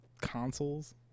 consoles